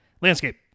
Landscape